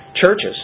Churches